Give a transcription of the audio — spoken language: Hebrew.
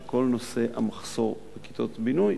של כל נושא המחסור בכיתות לימוד,